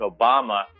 Obama